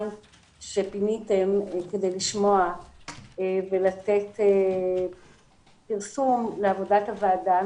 שפיניתם כדי לשמוע ולתת פרסום לעבודת הוועדה,